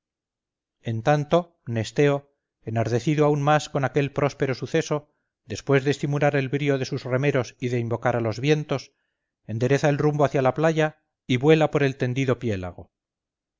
en tanto mnesteo enardecido aún más con aquel próspero suceso después de estimular el brío de sus remeros y de invocar a los vientos endereza el rumbo hacia las playa y vuela por el tendido piélago